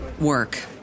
work